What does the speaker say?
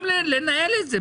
גם לנהל את זה.